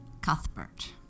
Cuthbert